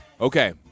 Okay